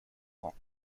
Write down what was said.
rangs